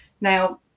Now